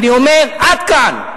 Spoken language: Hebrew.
אני אומר: עד כאן.